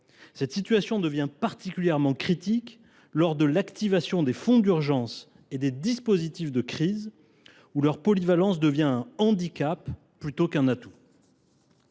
Cette situation devient particulièrement critique lors de l’activation des fonds d’urgence et des dispositifs de crise, leur polyvalence devenant alors un handicap plutôt qu’un atout.